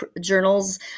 journals